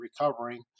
recovering